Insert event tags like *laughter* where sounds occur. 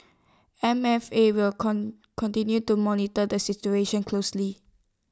M F A will *unintelligible* continue to monitor the situation closely